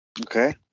Okay